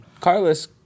Carlos